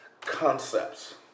concepts